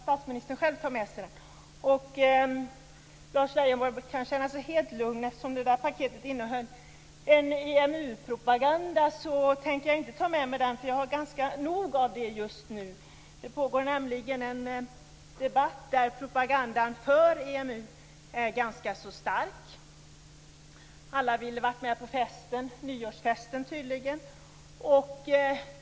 Lars Leijonborg kan känna sig helt lugn. Eftersom hans paket innehåller EMU-propaganda tänker jag inte ta med mig det. Jag har ganska nog av det just nu. Det pågår nämligen en debatt där propagandan för EMU är ganska stark. Alla hade tydligen velat vara med på nyårsfesten.